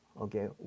okay